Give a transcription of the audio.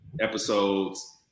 episodes